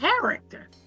character